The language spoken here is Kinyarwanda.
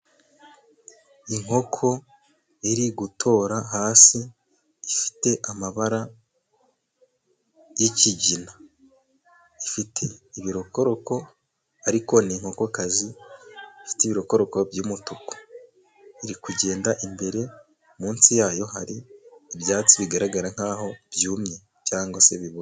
Inkoko iri gutora hasi ifite amabara y'ikigina, ifite ibirokoroko. Ari ni inkokokazi ifite ibirokoroko by'umutuku. iri kugenda imbere munsi yayo hari ibyatsi bigaragara nk'aho byumye cyangwa se biboze.